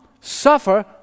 suffer